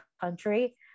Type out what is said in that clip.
country